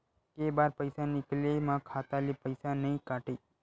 के बार पईसा निकले मा खाता ले पईसा नई काटे?